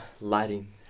lighting